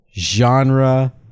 genre